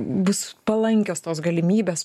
bus palankios tos galimybės